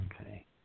okay